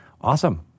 awesome